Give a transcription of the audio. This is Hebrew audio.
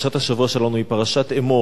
פרשת השבוע שלנו היא פרשת אמור,